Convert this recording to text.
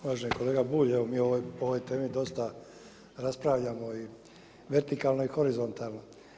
Uvaženi kolega Bulj, mi o ovoj temi dosta raspravljamo i vertikalno i horizontalno.